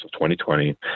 2020